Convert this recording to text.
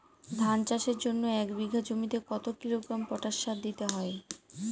ধান চাষের জন্য এক বিঘা জমিতে কতো কিলোগ্রাম পটাশ সার দিতে হয়?